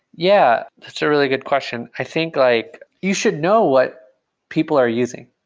yeah. that's a really good question. i think like you should know what people are using.